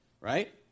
Right